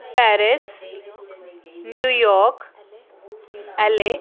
Paris New York ऐले